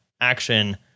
action